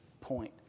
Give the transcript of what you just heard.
point